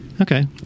Okay